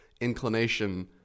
inclination